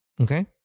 Okay